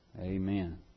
Amen